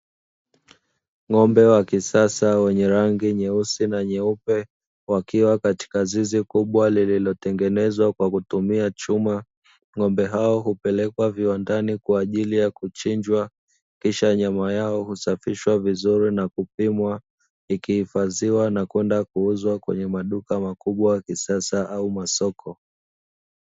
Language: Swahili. Ng'ombe wa kisasa wenye rangi nyeusi na nyeupe, wakiwa katika zizi kubwa lililotengenezwa kwa kutumia chuma. Ng'ombe hao hupelekwa viwandani kwa ajili ya kuchinjwa, kisha nyama yao husafishwa vizuri na kupimwa, ikihifadhiwa na kwenda kuuzwa kwenye maduka makubwa ya kisasa au masoko.